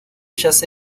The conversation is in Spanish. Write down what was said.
ellas